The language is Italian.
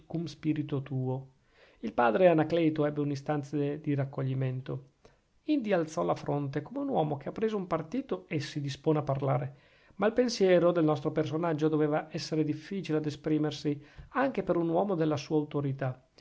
spiritu tuo il padre anacleto ebbe un istante di raccoglimento indi alzò la fronte come un uomo che ha preso un partito e si dispone a parlare ma il pensiero del nostro personaggio doveva essere difficile ad esprimersi anche per un uomo della sua autorità